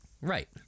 Right